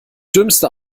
dümmste